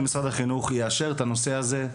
יאשר את הנושא הזה.